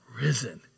risen